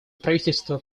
правительство